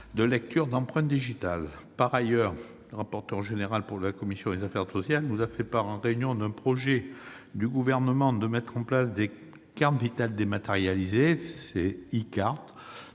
de lecture d'empreintes digitales. Par ailleurs, le rapporteur général de la commission des affaires sociales nous a fait part en réunion du projet du Gouvernement de mettre en place des cartes Vitale dématérialisées. Ces e-cartes